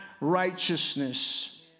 righteousness